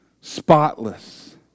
spotless